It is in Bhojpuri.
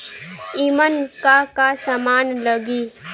ईमन का का समान लगी?